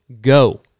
go